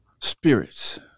spirits